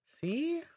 See